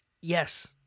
Yes